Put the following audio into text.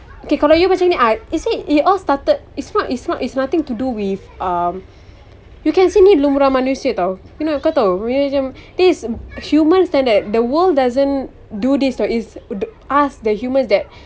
okay kalau you macam ni I you see it all started it's not it's not it's nothing to do with um you can say ni lumrah manusia [tau] you know kau tahu benda ni macam this human standard the world doesn't do this [tau] it's us the humans that